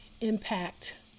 impact